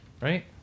Right